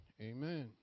Amen